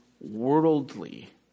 worldly